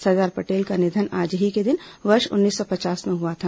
सरदार पटेल का निधन आज ही के दिन वर्ष उन्नीस सौ पचास को हुआ था